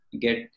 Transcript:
get